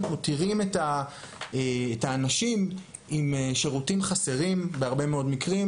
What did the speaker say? מותירים אנשים עם שירותים חסרים בהרבה מאוד מקרים,